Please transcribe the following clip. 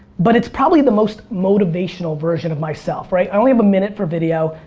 but it's probably the most motivational version of myself, right? i only have a minute for video,